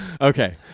Okay